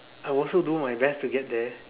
I'll also do my best to get there